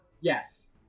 Yes